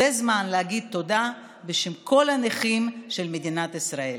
זה הזמן להגיד תודה בשם כל הנכים של מדינת ישראל.